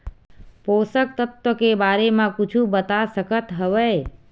पोषक तत्व के बारे मा कुछु बता सकत हवय?